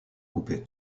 coupé